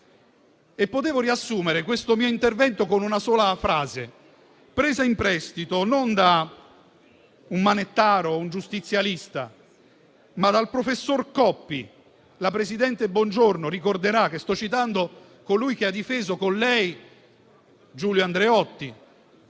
potuto riassumere questo mio intervento con una sola frase, presa in prestito non da un "manettaro" o un giustizialista, ma dal professor Coppi. La presidente Bongiorno ricorderà che sto citando colui che ha difeso, con lei, Giulio Andreotti.